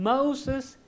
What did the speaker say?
Moses